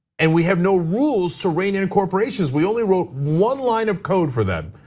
and we have no rules to rein in corporations, we only wrote one line of code for them,